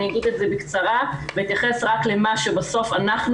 אני אגיד את זה בקצרה ואתייחס רק למה שבסוף אנחנו